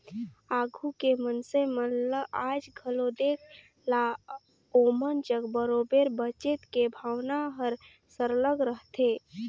आघु के मइनसे मन ल आएज घलो देख ला ओमन जग बरोबेर बचेत के भावना हर सरलग रहथे